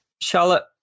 Charlotte